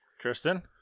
Tristan